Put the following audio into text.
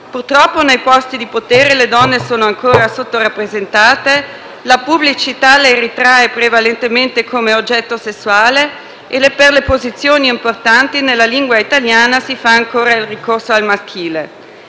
Purtroppo nei posti di potere le donne sono ancora sottorappresentate, la pubblicità le ritrae prevalentemente come oggetto sessuale e per le posizioni importanti nella lingua italiana si fa ancora ricorso al maschile.